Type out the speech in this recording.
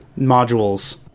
modules